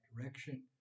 direction